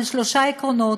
על שלושה עקרונות: